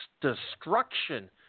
destruction